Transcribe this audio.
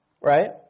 right